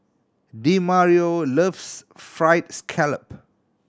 Demario loves Fried Scallop